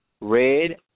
red